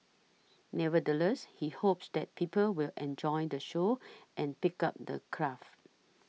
nevertheless he hopes that people will enjoy the show and pick up the craft